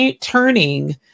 turning